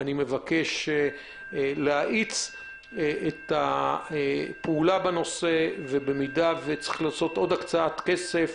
אני מבקש להאיץ את הפעולה בנושא ובמידה שצריך עוד כסף